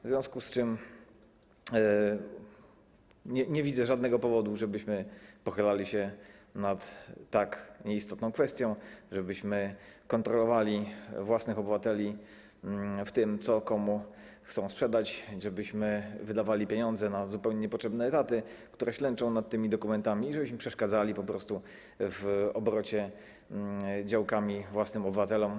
W związku z tym nie widzę żadnego powodu, żebyśmy pochylali się nad tak nieistotną kwestią, żebyśmy kontrolowali własnych obywateli w tym, co komu chcą sprzedać, żebyśmy wydawali pieniądze na zupełnie niepotrzebne etaty dla osób, które ślęczą nad tymi dokumentami, i żebyśmy po prostu przeszkadzali w obrocie działkami własnym obywatelom.